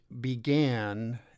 began